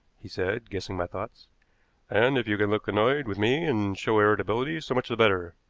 he said, guessing my thoughts and, if you can look annoyed with me and show irritability, so much the better.